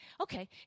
okay